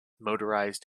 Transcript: motorized